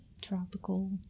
tropical